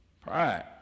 Pride